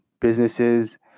businesses